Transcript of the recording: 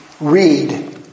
read